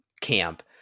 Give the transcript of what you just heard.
camp